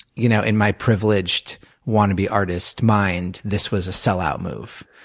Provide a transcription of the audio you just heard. you know in my privileged wannabe artist mind, this was a sellout move.